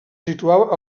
situava